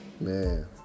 Man